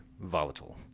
volatile